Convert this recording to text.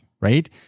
right